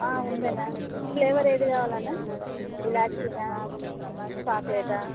ఉందన్నా ఫ్లేవర్ ఏది కావాలాన్నా ఇలాచీనా చాక్లేటా